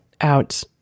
out